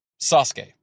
Sasuke